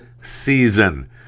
season